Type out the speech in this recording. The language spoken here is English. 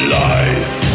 life